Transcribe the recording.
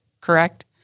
correct